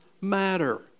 matter